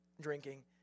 drinking